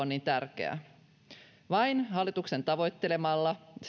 niin tärkeää vain hallituksen tavoittelemalla